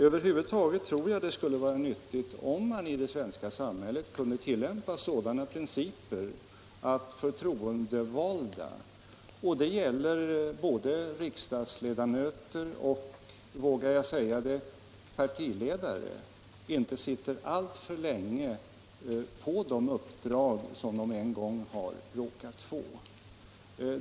Över huvud taget tror jag det skulle vara nyttigt om man i det svenska samhället kunde tillämpa sådana principer att förtroendevalda, både riksdagsledamöter och — vågar jag säga det — partiledare, inte sitter alltför länge på de uppdrag som de en gång har råkat få.